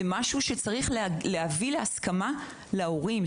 זה משהו שצריך להביא להסכמת ההורים.